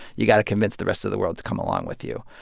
you've got to convince the rest of the world to come along with you.